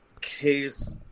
case